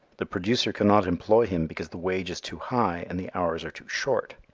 the producer cannot employ him because the wage is too high, and the hours are too short.